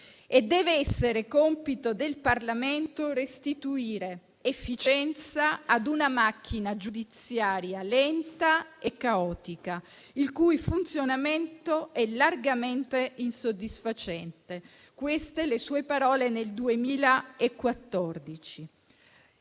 Deve essere compito del Parlamento «restituire efficienza a una macchina giudiziaria lenta e caotica, il cui funzionamento è largamente insoddisfacente»: queste le sue parole nel 2014.